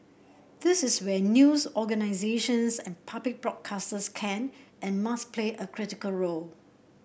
this is where news organisations and public broadcasters can and must play a critical role